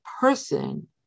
person